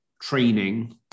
training